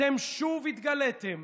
אתם שוב התגליתם